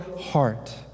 heart